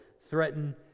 threaten